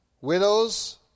widows